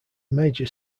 major